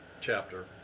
chapter